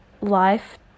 life